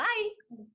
Bye